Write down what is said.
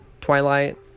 Twilight